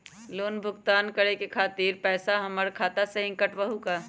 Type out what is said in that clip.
Loan भुगतान करे के खातिर पैसा हमर खाता में से ही काटबहु का?